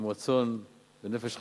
עם רצון ונפש חפצה,